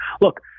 Look